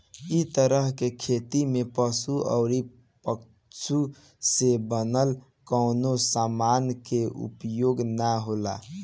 इ तरह के खेती में पशु अउरी पशु से बनल कवनो समान के उपयोग ना होला